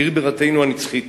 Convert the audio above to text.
עיר בירתנו הנצחית,